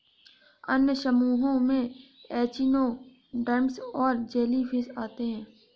अन्य समूहों में एचिनोडर्म्स और जेलीफ़िश आते है